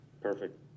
Perfect